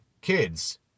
kids